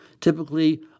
typically